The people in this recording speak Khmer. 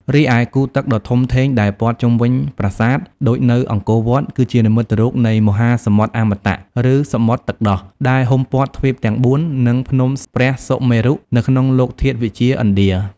រីឯ គូរទឹកដ៏ធំធេងដែលព័ទ្ធជុំវិញប្រាសាទ ដូចនៅអង្គរវត្ត គឺជានិមិត្តរូបនៃមហាសមុទ្រអមតៈ ឬសមុទ្រទឹកដោះ ដែលហ៊ុមព័ទ្ធទ្វីបទាំងបួន និងភ្នំព្រះសុមេរុនៅក្នុងលោកធាតុវិទ្យាឥណ្ឌា។